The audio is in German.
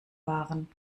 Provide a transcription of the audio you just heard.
waren